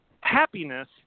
happiness